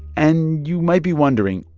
and you might be wondering,